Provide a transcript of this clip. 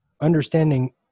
understanding